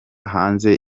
hanze